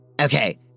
Okay